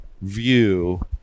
view